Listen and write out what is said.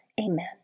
Amen